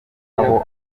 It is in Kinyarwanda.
aho